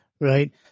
Right